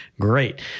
great